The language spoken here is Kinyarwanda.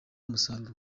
umusaruro